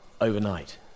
overnight